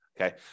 Okay